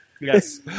Yes